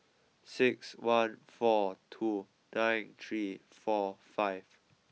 six one four two nine three four five